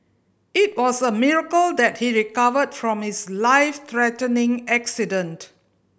it was a miracle that he recovered from his life threatening accident